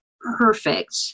perfect